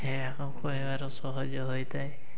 କହିବାର ସହଯ ହୋଇଥାଏ